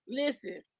listen